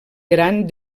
gran